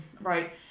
Right